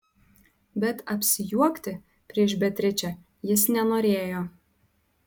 bet apsijuokti prieš beatričę jis nenorėjo